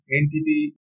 entity